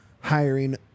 hiring